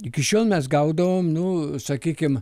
iki šiol mes gaudavom nu sakykim